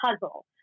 puzzle